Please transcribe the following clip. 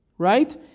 Right